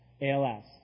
ALS